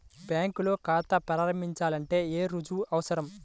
బ్యాంకులో ఖాతా ప్రారంభించాలంటే ఏ రుజువులు అవసరం?